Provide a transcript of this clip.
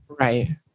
Right